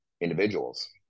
individuals